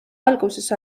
alguses